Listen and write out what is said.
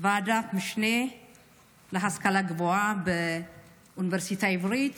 ועדת המשנה להשכלה גבוהה באוניברסיטה העברית